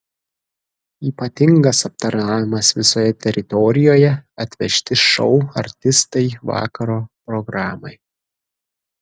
ypatingas aptarnavimas visoje teritorijoje atvežti šou artistai vakaro programai